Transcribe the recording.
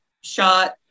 shot